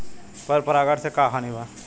पर परागण से का हानि बा?